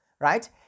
right